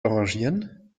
arrangieren